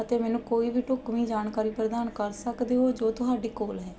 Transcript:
ਅਤੇ ਮੈਨੂੰ ਕੋਈ ਵੀ ਢੁਕਵੀਂ ਜਾਣਕਾਰੀ ਪ੍ਰਦਾਨ ਕਰ ਸਕਦੇ ਹੋ ਜੋ ਤੁਹਾਡੇ ਕੋਲ ਹੈ